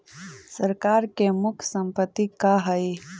सरकार के मुख्य संपत्ति का हइ?